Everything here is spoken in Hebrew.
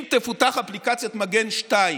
אם תפותח אפליקציית מגן 2,